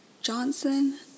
Johnson